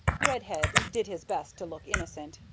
redhead did his best to look innocent,